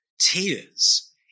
tears